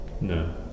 no